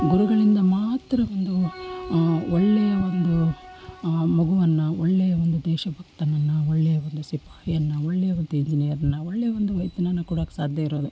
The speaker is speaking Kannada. ಗುರುಗಳಿಂದ ಮಾತ್ರ ಒಂದು ಒಳ್ಳೆಯ ಒಂದು ಮಗುವನ್ನು ಒಳ್ಳೆಯ ಒಂದು ದೇಶ ಭಕ್ತನನ್ನು ಒಳ್ಳೆಯ ಒಂದು ಸಿಪಾಯಿಯನ್ನು ಒಳ್ಳೆಯ ಒಂದು ಇಂಜಿನಿಯರನ್ನು ಒಳ್ಳೆಯ ಒಂದು ವ್ಯಕ್ತಿಯನ್ನು ಕೊಡೋಕ್ಕೆ ಸಾಧ್ಯ ಇರೋದು